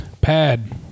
pad